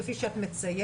כפי שאת מציינת,